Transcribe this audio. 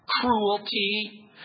cruelty